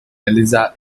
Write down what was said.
eliza